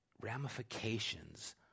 ramifications